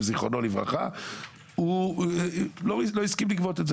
זכרונו לברכה והוא לא הסכים לגבות את זה.